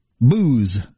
booze